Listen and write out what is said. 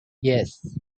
yes